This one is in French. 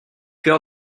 cœur